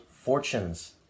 fortunes